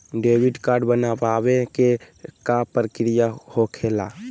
Debit card बनवाने के का प्रक्रिया होखेला?